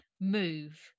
move